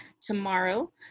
tomorrow